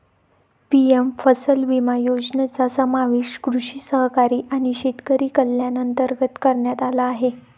PM फसल विमा योजनेचा समावेश कृषी सहकारी आणि शेतकरी कल्याण अंतर्गत करण्यात आला आहे